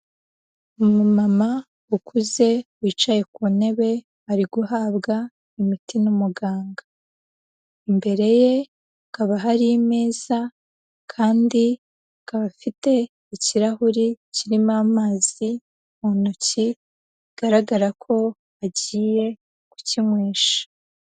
Umumama ukuze wicaye ku ntebe ari guhabwa imiti n'umuganga, imbere ye hakaba hari imeza kandi akaba afite ikirahure kirimo amazi mu ntoki bigaragara ko agiye kukinywesha.